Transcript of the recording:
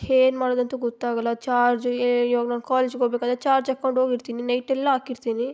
ಏನ್ ಮಾಡೋದಂಥ ಗೊತ್ತಾಗಲ್ಲ ಚಾರ್ಜ್ ಏ ಇವಾಗ ನಾನು ಕಾಲೇಜಿಗೆ ಹೋಗ್ಬೇಕಾದ್ರೆ ಚಾರ್ಜ್ ಹಾಕ್ಕೊಂಡ್ ಹೋಗಿರ್ತಿನಿ ನೈಟೆಲ್ಲ ಹಾಕಿರ್ತಿನಿ